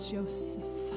Joseph